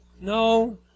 no